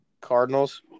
Cardinals